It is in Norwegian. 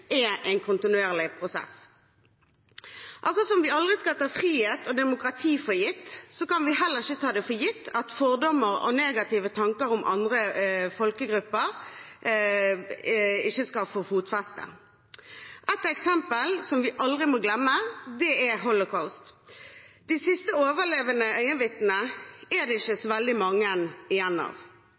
er en kontinuerlig prosess. Akkurat som vi aldri skal ta frihet og demokrati for gitt, kan vi heller ikke ta for gitt at fordommer og negative tanker om andre folkegrupper ikke skal få fotfeste. Et eksempel som vi aldri må glemme, er Holocaust. De siste overlevende øyenvitnene er det ikke så veldig mange igjen av,